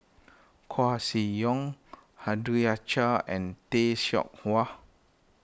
Koeh Sia Yong and Tay Seow Huah